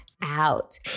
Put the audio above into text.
Out